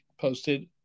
posted